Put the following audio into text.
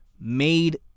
made